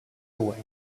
away